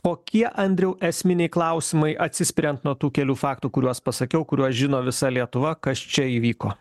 kokie andriau esminiai klausimai atsispiriant nuo tų kelių faktų kuriuos pasakiau kuriuos žino visa lietuva kas čia įvyko